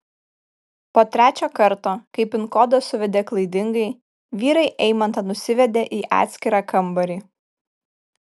po trečio karto kai pin kodą suvedė klaidingai vyrai eimantą nusivedė į atskirą kambarį